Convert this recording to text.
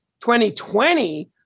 2020